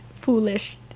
foolish